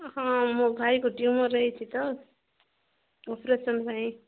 ହଁ ମୋ ଭାଇକୁ ଟ୍ୟୁମର୍ ହେଇଛି ତ ଅପରେସନ୍ ପାଇଁ